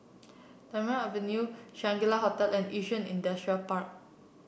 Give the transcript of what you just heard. Tamarind Avenue Shangri La Hotel and Yishun Industrial Park